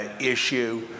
issue